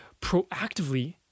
proactively